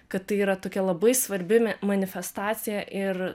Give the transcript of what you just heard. kad tai yra tokia labai svarbi me manifestacija ir